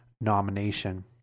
nomination